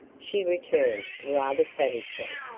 she returned rather savagely.